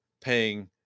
paying